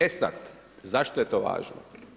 E sad, zašto je to važno?